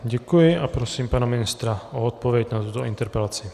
Děkuji a prosím pana ministra o odpověď na tuto interpelaci.